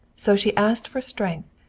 so she asked for strength,